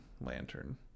lantern